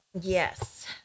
Yes